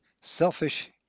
selfish